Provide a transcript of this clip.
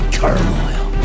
turmoil